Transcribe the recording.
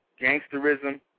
gangsterism